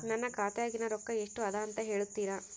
ನನ್ನ ಖಾತೆಯಾಗಿನ ರೊಕ್ಕ ಎಷ್ಟು ಅದಾ ಅಂತಾ ಹೇಳುತ್ತೇರಾ?